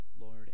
Lord